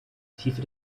tiefe